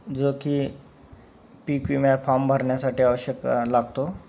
जो की पीक विमा फॉर्म भरण्यासाठी आवश्यक लागतो